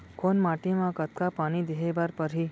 कोन माटी म कतका पानी देहे बर परहि?